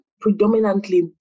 predominantly